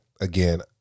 again